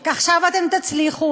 כי עכשיו אתם תצליחו,